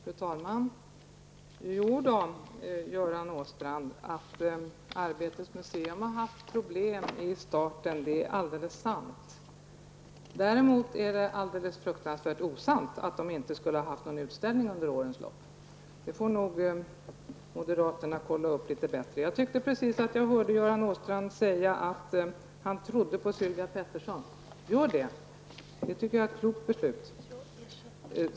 Fru talman! Jo då, Göran Åstrand, att Arbetets museum haft problem i starten är alldeles sant. Däremot är det alldeles fruktansvärt osant att man inte skulle haft någon utställning under årens lopp. Det får nog moderaterna kolla upp litet bättre. Jag tyckte precis jag hörde Göran Åstrand säga att han trodde på Sylvia Pettersson. Gör det! Det tycker jag är ett klokt beslut.